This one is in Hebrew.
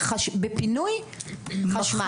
בפינוי, חשמל.